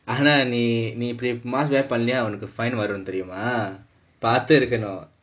ஆனா நீ நீ:aanaa nee nee mask wear பண்ணலையா உனக்கு:pannalaiyaa unakku fine வரும் தெரியுமா பார்த்து இருக்கணும்:varum theriyumaa paarthu irrukkanum